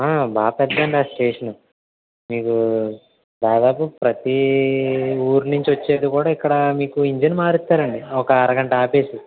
బాగా పెద్దదండి ఆ స్టేషన్ మీకు దాదాపు ప్రతీ ఊరి నుంచి వచ్చేది కూడా ఇక్కడ మీకు ఇంజిన్ మారుస్తారండి ఒక అరగంట ఆపేసి